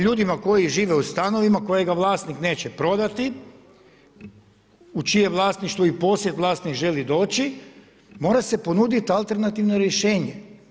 Ljudima koji žive u stanovima kojega vlasnik neće prodati, u čije vlasništvo i posjed vlasnik želi doći, mora se ponuditi alternativno rješenje.